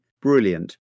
brilliant